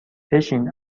بشین